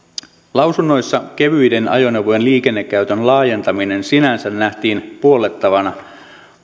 lausunnoissa kevyiden ajoneuvojen liikennekäytön laajentaminen sinänsä nähtiin puollettavana